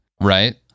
right